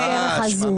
לא בדרך הזאת.